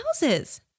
houses